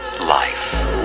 life